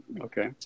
Okay